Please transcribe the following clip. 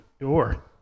door